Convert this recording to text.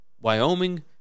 Wyoming